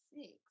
six